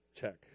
Check